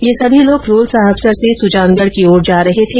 ये सभी लोग रोलसाहबसर से सुजानगढ की ओर जा रहे थे